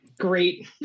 great